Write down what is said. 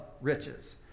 riches